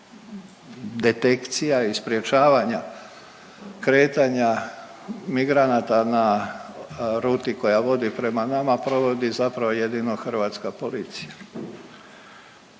detekcija i sprječavanja kretanja migranata na ruti koja vodi prema nama provodi zapravo jedino hrvatska policija.